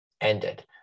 ended